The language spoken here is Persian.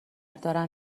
دارن